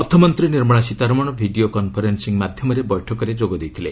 ଅର୍ଥମନ୍ତ୍ରୀ Nirmala Sitharaman video conferencing ମାଧ୍ୟମରେ ବୈଠକରେ ଯୋଗ ଦେଇଥିଲେ